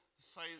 say